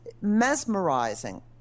mesmerizing